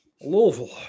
Louisville